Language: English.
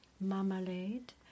marmalade